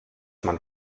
man